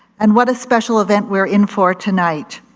and what a special event we're in for tonight.